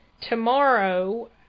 tomorrow